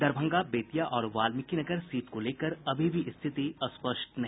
दरभंगा बेतिया और वाल्मिकीनगर सीट को लेकर अभी भी स्थिति स्पष्ट नहीं